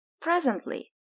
Presently